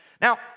Now